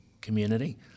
community